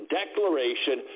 declaration